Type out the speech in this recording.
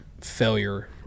failure